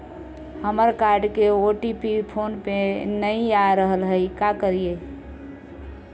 हमर कार्ड के OTP phone पे नई आ रहलई हई, का करयई?